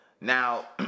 Now